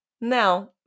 Now